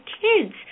kids